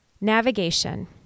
Navigation